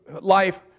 life